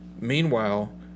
Meanwhile